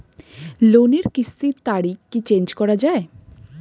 লোনের কিস্তির তারিখ কি চেঞ্জ করা যায়?